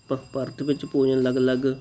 ਭ ਭਾਰਤ ਵਿੱਚ ਭੋਜਨ ਅਲੱਗ ਅਲੱਗ